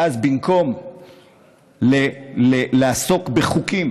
ואז, במקום לעסוק בחוקים